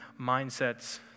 mindsets